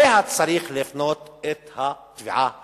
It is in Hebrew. אליה צריך להפנות את התביעה הזאת.